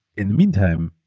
in the meantime,